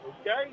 okay